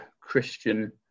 Christian